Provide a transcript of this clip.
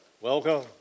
welcome